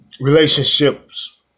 relationships